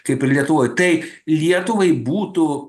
kaip ir lietuvoj tai lietuvai būtų